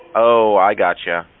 oh, i gotcha.